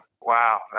Wow